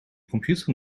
computer